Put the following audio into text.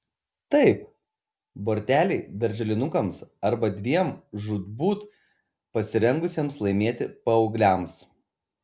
taip borteliai darželinukams arba dviem žūtbūt pasirengusiems laimėti paaugliams